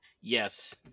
Yes